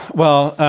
well,